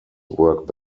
work